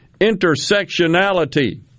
intersectionality